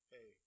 Hey